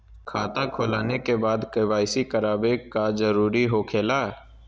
खाता खोल आने के बाद क्या बासी करावे का जरूरी हो खेला?